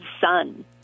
son